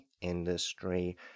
industry